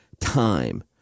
time